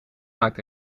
maakt